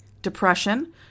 depression